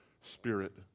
spirit